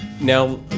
Now